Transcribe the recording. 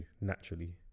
naturally